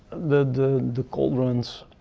the the cauldrons.